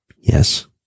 Yes